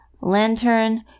lantern